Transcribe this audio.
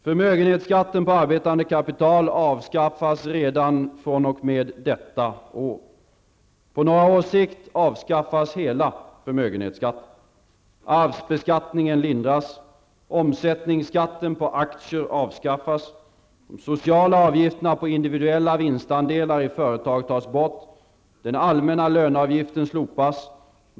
Förmögenhetsskatten på arbetande kapital avskaffas redan fr.o.m. detta år. På några års sikt avskaffas hela förmögenhetsskatten. Arvsbeskattningen lindras. Omsättningsskatten på aktier avskaffas. De sociala avgifterna på individuella vinstandelar i företag tas bort. Den allmänna löneavgiften slopas.